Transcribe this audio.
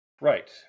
right